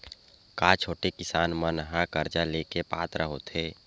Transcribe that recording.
का छोटे किसान मन हा कर्जा ले के पात्र होथे?